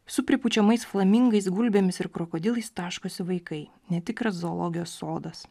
su pripučiamais flamingais gulbėmis ir krokodilais taškosi vaikai netikras zoologijos sodas